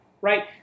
Right